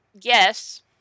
yes